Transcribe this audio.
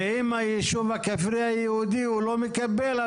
ואם הישוב הכפרי היהודי הוא לא מקבל,